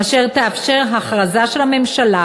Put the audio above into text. אשר תאפשר הכרזה של הממשלה,